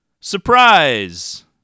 Surprise